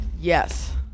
Yes